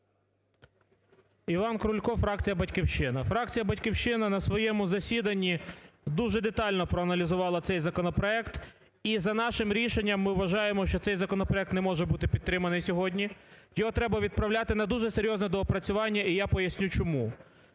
Іван Крулько, фракція "Батьківщина. Фракція "Батьківщина" на своєму засіданні дуже детально проаналізувала цей законопроект і за нашим рішенням ми вважаємо, що цей законопроект не може бути підтриманий сьогодні, його треба відправляти на дуже серйозне доопрацювання і я поясню чому.